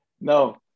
No